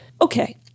okay